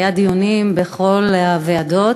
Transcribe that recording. והיו דיונים בכל הוועדות,